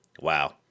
wow